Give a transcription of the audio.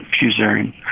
fusarium